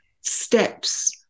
steps